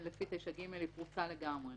לפי 9(ג) פרוצה לגמרי.